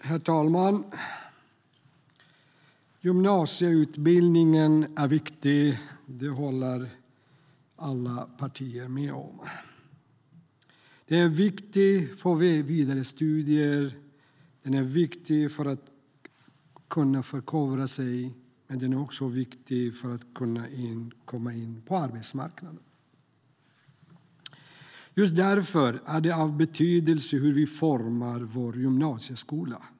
Herr talman! Gymnasieutbildningen är viktig. Det håller alla partier med om. Den är viktig för vidarestudier, den är viktig för att kunna förkovra sig och den är viktig för att kunna komma in på arbetsmarknaden. Just därför är det av betydelse hur vi formar vår gymnasieskola.